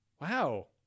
Wow